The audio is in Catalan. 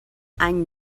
any